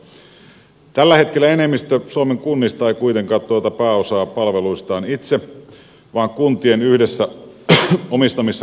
tällä hetkellä enemmistö suomen kunnista ei kuitenkaan tuota pääosaa palveluistaan itse vaan kuntien yhdessä omistamissa kuntayhtymissä